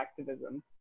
activism